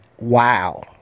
Wow